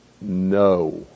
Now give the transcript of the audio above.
no